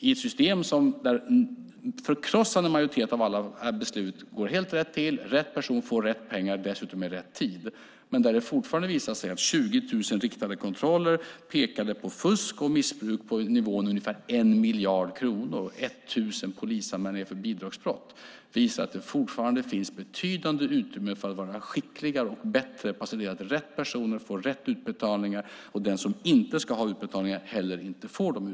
I ett system där en förkrossande majoritet av besluten går rätt till - rätt person får rätt pengar i rätt tid - men där 20 000 riktade kontroller pekar på fusk och missbruk på en nivå av ungefär 1 miljard kronor och 1 000 polisanmälningar för bidragsfusk finns det fortfarande betydande utrymme för att bli skickligare och bättre på att se till att rätt personer får rätt utbetalningar och att den som inte ska ha utbetalning inte heller får det.